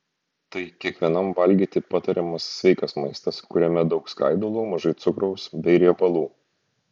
tai kiekvienam valgyti patariamas sveikas maistas kuriame daug skaidulų mažai cukraus bei riebalų